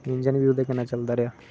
engine बी ओहदे कन्नै चलदा रेहा